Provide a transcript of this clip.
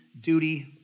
duty